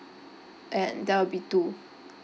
and there'll be two